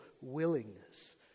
willingness